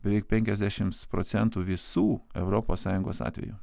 beveik penkiasdešims procentų visų europos sąjungos atvejų